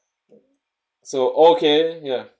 so okay ya